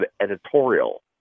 editorial